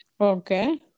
Okay